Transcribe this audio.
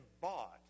bought